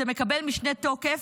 זה מקבל משנה תוקף,